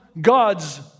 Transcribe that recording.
God's